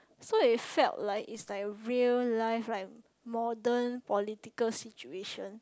so it felt like it's like real life like modern political situation